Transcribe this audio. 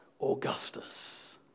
Augustus